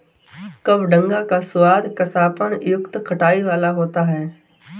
कबडंगा का स्वाद कसापन युक्त खटाई वाला होता है